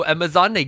Amazon